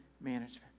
management